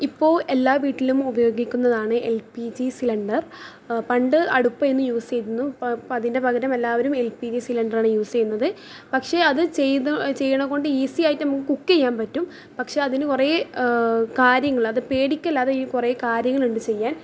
ഇപ്പോൾ എല്ലാ വീട്ടിലും ഉപയോഗിക്കുന്നതാണ് എൽ പി ജി സിലിണ്ടർ പണ്ട് അടുപ്പേനു യൂസ് ചെയ്തിരുന്നു ഇപ്പം അതിൻ്റെ പകരം എല്ലാവരും എൽ പി ജി സിലിണ്ടറാണ് യൂസ് ചെയ്യുന്നത് പക്ഷേ അത് ചെയ്തു ചെയ്യണ കൊണ്ട് ഈസിയായിട്ട് നമുക്ക് കുക്ക് ചെയ്യാൻ പറ്റും പക്ഷേ അതിന് കുറേ കാര്യങ്ങള് അത് പേടിക്കുക അല്ലാതെ ഈ കുറേ കാര്യങ്ങളുണ്ട് ചെയ്യാൻ